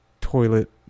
toilet